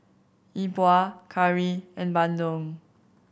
Yi Bua curry and bandung